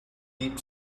deep